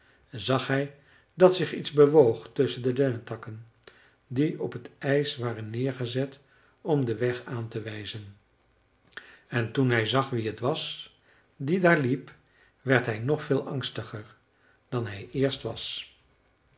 zag hij dat zich iets bewoog tusschen de dennetakken die op t ijs waren neergezet om den weg aan te wijzen en toen hij zag wie het was die daar liep werd hij nog véél angstiger dan hij eerst was